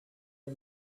you